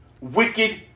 wicked